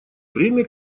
время